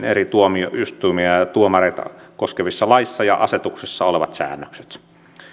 eri tuomioistuimia ja tuomareita koskevissa laeissa ja asetuksissa olevat säännökset